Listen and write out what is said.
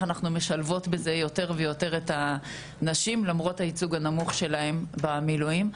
אנחנו משלבות בזה יותר ויותר את הנשים למרות הייצוג הנמוך שלהם במילואים.